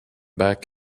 back